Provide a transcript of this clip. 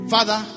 Father